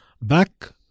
back